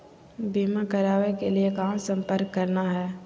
बीमा करावे के लिए कहा संपर्क करना है?